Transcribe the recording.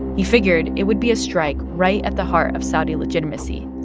he figured it would be a strike right at the heart of saudi legitimacy.